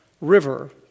River